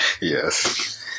Yes